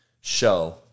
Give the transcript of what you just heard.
show